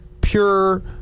pure